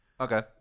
Okay